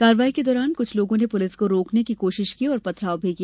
कार्यवाही के दौरान कुछ लोगों ने पुलिस को रोकने की कोशिश की और पथराव भी किया